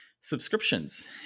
subscriptions